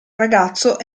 ragazzo